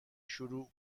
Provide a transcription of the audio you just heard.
شروع